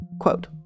Quote